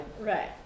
Right